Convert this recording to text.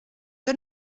que